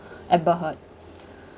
amber heard